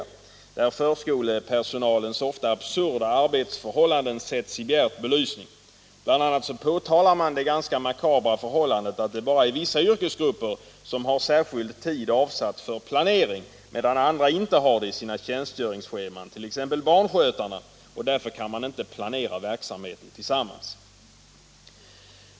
I denna skrift sätts förskolepersonalens ofta absurda arbetsförhållanden i bjärt belysning. BI. a. påtalar man det ganska makabra förhållandet att det bara är vissa yrkesgrupper som har särskild tid avsatt för planering i sina tjänstgöringsscheman, medan andra inte har det, t.ex. barnskötarna, och därför inte kan planera verksamheten tillsammans.